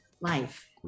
life